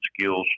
skills